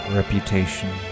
reputation